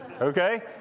Okay